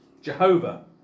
Jehovah